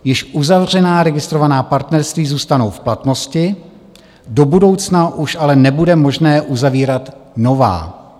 Již uzavřená registrovaná partnerství zůstanou v platnosti, do budoucna už ale nebude možné uzavírat nová.